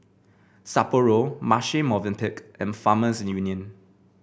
Sapporo Marche Movenpick and Farmers Union